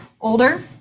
older